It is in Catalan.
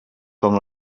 com